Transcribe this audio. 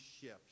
shift